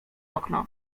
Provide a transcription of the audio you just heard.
okno